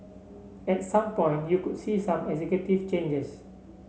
at some point you could see some executive changes